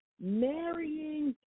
marrying